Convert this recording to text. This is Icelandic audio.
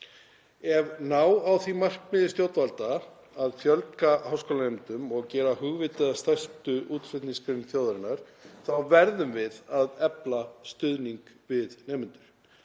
Ef ná á því markmiði stjórnvalda að fjölga háskólanemendum og gera hugvit að stærstu útflutningsgrein þjóðarinnar þá verðum við að efla stuðning við nemendur.